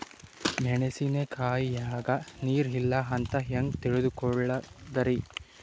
ಮೆಣಸಿನಕಾಯಗ ನೀರ್ ಇಲ್ಲ ಅಂತ ಹೆಂಗ್ ತಿಳಕೋಳದರಿ?